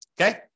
Okay